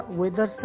weather